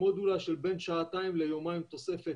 מודולה של בין שעתיים ליומיים תוספת,